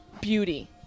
beauty